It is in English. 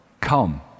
come